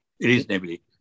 Reasonably